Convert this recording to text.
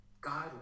God